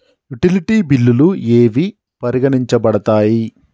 Utility బిల్లులు ఏవి పరిగణించబడతాయి?